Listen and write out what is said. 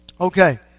Okay